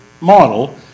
model